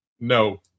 No